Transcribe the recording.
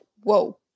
whoa